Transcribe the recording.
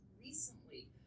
recently